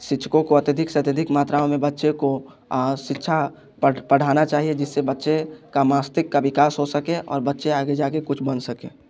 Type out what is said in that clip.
शिक्षकों को अत्यधिक से अत्यधिक मात्राओं में बच्चे को शिक्षा पढ़ाना चाहिए जिससे बच्चे का मस्तिष्क का विकास हो सके और बच्चे आगे जाकर कुछ बन सकें